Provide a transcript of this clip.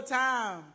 time